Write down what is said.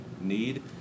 need